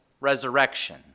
resurrection